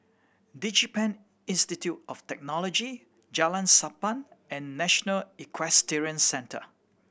DigiPen Institute of Technology Jalan Sappan and National Equestrian Centre